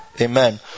amen